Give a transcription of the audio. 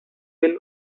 been